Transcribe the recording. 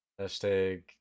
Hashtag